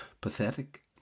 pathetic